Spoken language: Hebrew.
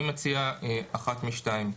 אני מציע אחת משתיים.